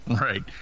Right